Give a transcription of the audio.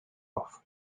off